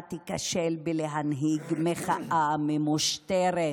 אתה תיכשל בלהנהיג מחאה ממושטרת.